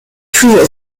trio